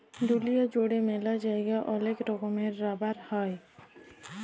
দুলিয়া জুড়ে ম্যালা জায়গায় ওলেক রকমের রাবার হ্যয়